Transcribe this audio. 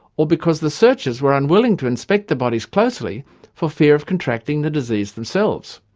or because the searchers were unwilling to inspect the bodies closely for fear of contracting the disease themselves.